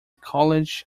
college